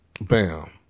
bam